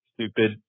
stupid